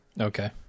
Okay